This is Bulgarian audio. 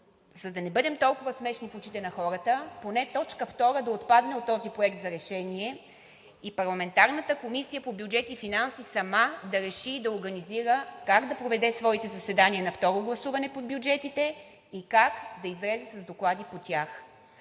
за да не бъдем толкова смешни в очите на хората, поне точка втора да отпадне от този проект за решение и парламентарната Комисия по бюджет и финанси сама да реши и да организира как да проведе своите заседания на второ гласуване по бюджетите и как да излезе с доклади по тях.